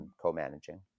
co-managing